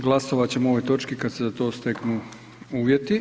Glasovat ćemo o ovoj točki kad se za to steknu uvjeti.